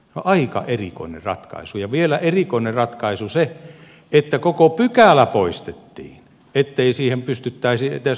aika erikoinen ratkaisu ja vielä erikoinen ratkaisu se että koko pykälä poistettiin ettei siihen pystyttäisi edes rahaa lisäämään